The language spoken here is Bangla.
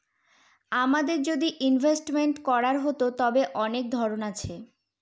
আমাদের যদি ইনভেস্টমেন্ট করার হতো, তবে অনেক ধরন আছে